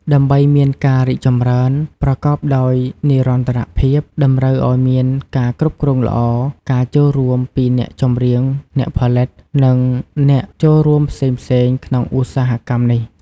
ដើម្បីមានការរីកចម្រើនប្រកបដោយនិរន្តរភាព តម្រូវឲ្យមានការគ្រប់គ្រងល្អ ការចូលរួមពីអ្នកចម្រៀង អ្នកផលិត និងអ្នកចូលរួមផ្សេងៗក្នុងឧស្សាហកម្មនេះ។